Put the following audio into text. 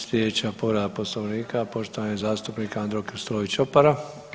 Sljedeća povreda Poslovnika, poštovani zastupnik Andro Krstulović Opara.